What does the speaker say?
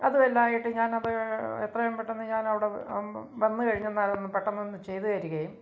അതുമെല്ലാമായിട്ട് ഞാനത് എത്രയും പെട്ടന്ന് ഞാനവിടെ വന്ന് കഴിഞ്ഞെന്നാലൊന്ന് പെട്ടെന്നൊന്നു ചെയ്തു തരികയും